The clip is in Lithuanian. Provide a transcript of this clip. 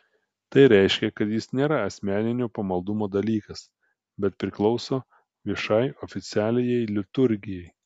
tai reiškia kad jis nėra asmeninio pamaldumo dalykas bet priklauso viešai oficialiajai liturgijai